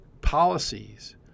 policies